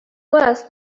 worse